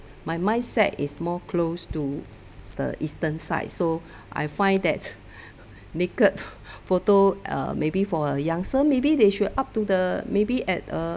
my mindset is more close to the eastern side so I find that naked photo uh maybe for a youngster maybe they should up to the maybe at a